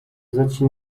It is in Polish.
zaci